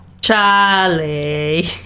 Charlie